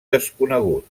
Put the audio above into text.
desconegut